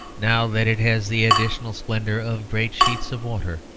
now that it has the additional splendour of great sheets of water,